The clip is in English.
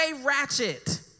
ratchet